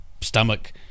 stomach